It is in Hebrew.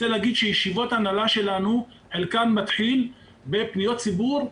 ישיבות ההנהלה שלנו חלקן מתחיל בפניות ציבור,